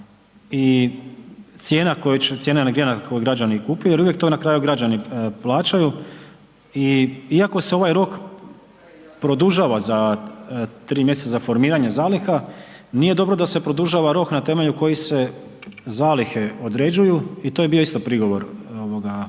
i cijena energenata koju građani kupuju jer uvijek to na kraju građani plaćaju i iako se ovaj rok produžava za 3 mjeseca za formiranje zaliha, nije dobro da se produžava rok na temelju kojih se zalihe određuju i to je bio isto prigovor u to vrijeme